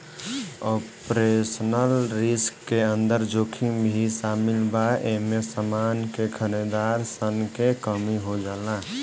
operational risk के अंदर जोखिम भी शामिल बा एमे समान के खरीदार सन के कमी हो जाला